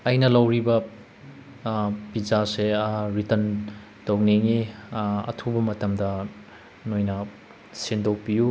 ꯑꯩꯅ ꯂꯧꯔꯤꯕ ꯄꯤꯖꯥꯁꯦ ꯔꯤꯇꯔꯟ ꯇꯧꯅꯤꯡꯏ ꯑꯊꯨꯕ ꯃꯇꯝꯗ ꯅꯣꯏꯅ ꯁꯤꯟꯗꯣꯛꯄꯤꯌꯨ